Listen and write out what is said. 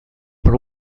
per